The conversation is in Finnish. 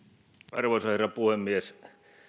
arvoisa herra puhemies